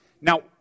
now